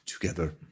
together